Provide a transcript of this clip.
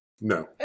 no